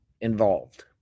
involved